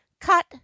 Cut